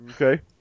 Okay